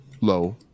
low